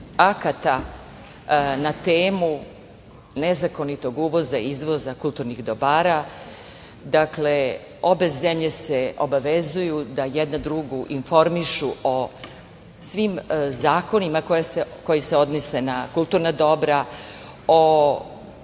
akata na temu nezakonitog uvoza i izvoza kulturnih dobara, dakle, obe zemlje se obavezuju da jedna drugu informišu o svim zakonima koji se odnose na kulturna dobra, o